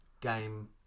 game